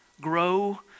grow